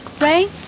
Ray